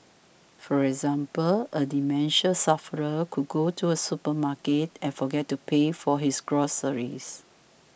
for example a dementia sufferer could go to a supermarket and forget to pay for his groceries